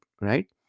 right